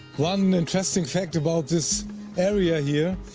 one interesting fact about this area here,